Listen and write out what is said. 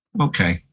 Okay